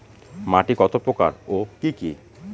মাটি কত প্রকার ও কি কি?